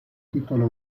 titolo